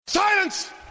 Silence